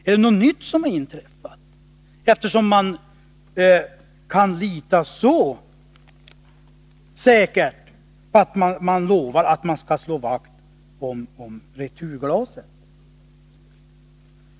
Är det något nytt som har inträffat, eftersom man kan lita så säkert på att bryggerierna skall slå vakt om returglasen?